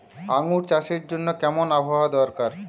আঙ্গুর চাষের জন্য কেমন আবহাওয়া দরকার?